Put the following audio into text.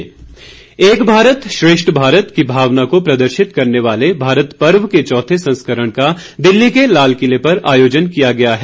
भारत पर्व एक भारत श्रेष्ठ भारत की भावना को प्रदर्शित करने वाले भारत पर्व के चौथे संस्करण का दिल्ली के लालकिले पर आयोजन किया गया है